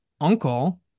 uncle